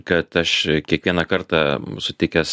kad aš kiekvieną kartą sutikęs